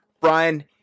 Brian